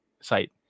site